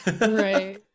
Right